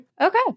Okay